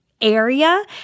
area